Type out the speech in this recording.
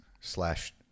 slash